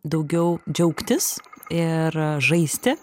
daugiau džiaugtis ir žaisti